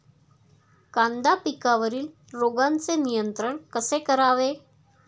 कांदा पिकावरील रोगांचे नियंत्रण कसे करावे?